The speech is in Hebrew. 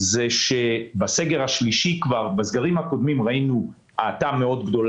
שבסגרים הקודמים ראינו האטה גדולה מאוד